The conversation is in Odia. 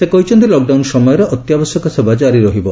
ସେ କହିଛନ୍ତି ଲକଡାଉନ୍ ସମୟରେ ଅତ୍ୟାବଶ୍ୟକ ସେବା କାରି ରହିବ